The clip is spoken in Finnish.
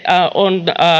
on